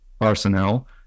Arsenal